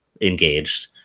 engaged